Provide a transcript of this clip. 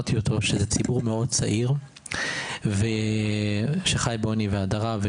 שהזכרתי אותו, ציבור מאוד צעיר שחי בעוני ובהדרה.